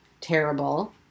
terrible